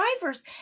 drivers